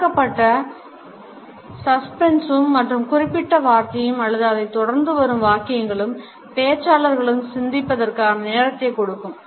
உருவாக்கப்பட்ட சஸ்பென்ஸூம் மற்றும் குறிப்பிட்ட வார்த்தையும் அல்லது அதைத் தொடர்ந்து வரும் வாக்கியங்களும் பேச்சாளர்களுக்கு சிந்திப்பற்கான நேரத்தைக் கொடுக்கும்